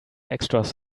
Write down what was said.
extras